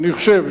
מסוכרת.